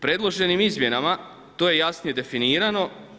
Predloženim izmjenama to je jasnije definirano.